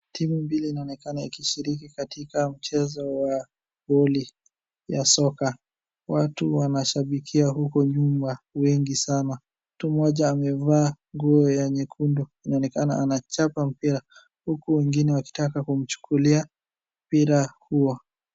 Timu mbili inaonekana ikishiriki katika mchezo wa boli ya soka. Watu wanashabikia huko nyuma wengi sana. Mtu mmoja amevaa nguo ya nyekundu inaonekana anachapa mpira huku wengine wakitaka kumchukulia mpira huo.